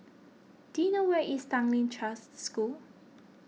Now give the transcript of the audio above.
do you know where is Tanglin Trust School